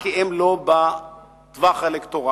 כי הם לא בטווח האלקטורלי.